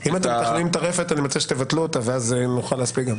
אם אתם מתכננים טרפת אני מציע שתבטלו אותה ואז נוכל להספיק גם.